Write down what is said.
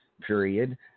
period